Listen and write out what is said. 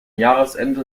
jahresende